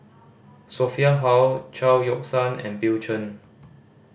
Sophia Hull Chao Yoke San and Bill Chen